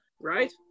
Right